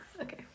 Okay